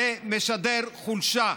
זה משדר חולשה.